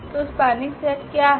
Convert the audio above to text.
तो spinning set क्या है